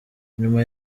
nyuma